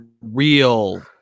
real